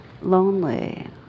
lonely